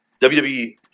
WWE